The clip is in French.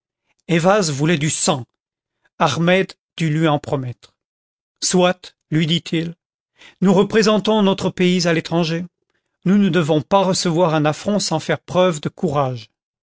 ayvaz voulait du sang ahmed dut lui en promettre soit lui dit-il nous représentons notre pays à l'étranger nous ne devons pas recevoir un affront sans faire preuve de courage